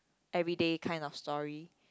everyday kind of story